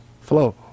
flow